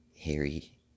harry